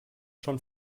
schon